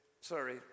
sorry